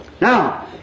Now